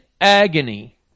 agony